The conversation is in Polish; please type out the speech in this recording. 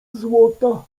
złota